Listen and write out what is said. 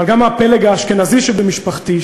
אבל גם הפלג האשכנזי שבמשפחתי,